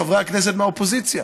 חברי הכנסת מהאופוזיציה,